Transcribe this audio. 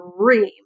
dream